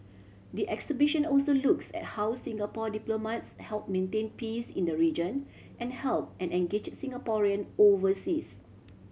the exhibition also looks at how Singapore diplomats help maintain peace in the region and help and engage Singaporean overseas